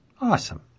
Awesome